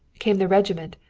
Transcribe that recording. came the regiment,